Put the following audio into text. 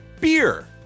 beer